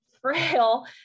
frail